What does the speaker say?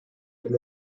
from